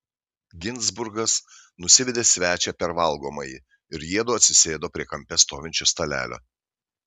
ginzburgas nusivedė svečią per valgomąjį ir jiedu atsisėdo prie kampe stovinčio stalelio